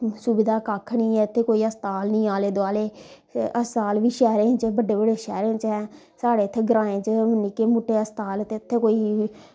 सुविधा कक्ख नी ऐ ते कोई हस्पताल नी ऐ आले दोआले हस्पताल बी शैह्रें च बड्डे बड्डे शैह्रें च ऐं साढ़े इत्थें ग्रांएं च निक्के मुट्टे हस्पताल ते इत्थै कोई